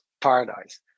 Paradise